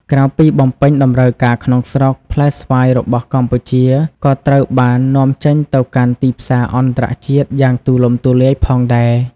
ក្រៅពីបំពេញតម្រូវការក្នុងស្រុក ផ្លែស្វាយរបស់កម្ពុជាក៏ត្រូវបាន នាំចេញទៅកាន់ទីផ្សារអន្តរជាតិ យ៉ាងទូលំទូលាយផងដែរ។